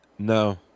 No